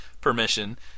permission